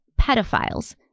pedophiles